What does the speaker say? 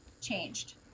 changed